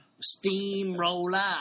Steamroller